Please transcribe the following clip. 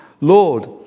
Lord